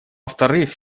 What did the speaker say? вторых